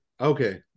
Okay